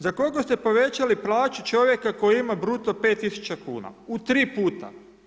Za koliko ste povećali plaću čovjeka koji ima bruto 5.000,00 kn u tri puta?